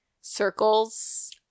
circles